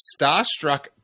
starstruck